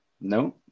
No